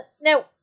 now